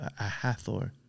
Ahathor